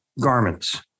garments